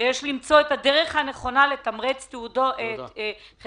יש למצוא את הדרך הנכונה לתמרץ חברות